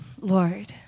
Lord